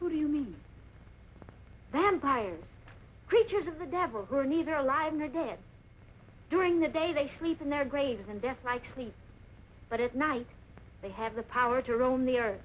who do you mean than higher creatures of the devil who are neither alive or dead during the day they sleep in their graves and death like sleep but at night they have the power to roam the